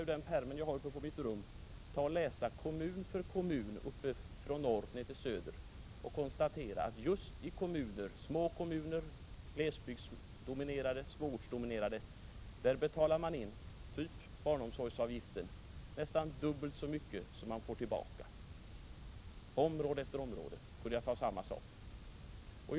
Ur den pärm jag har på mitt rum skulle jag kunna läsa upp kommun för kommun från norr till söder och konstatera att man just i små kommuner i glesbygd betalar in nästan dubbelt så mycket när det gäller t.ex. barnomsorgsavgifter som man får tillbaka. På område efter område skulle jag kunna konstatera samma sak.